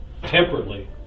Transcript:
temperately